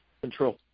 control